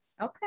Okay